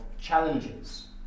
challenges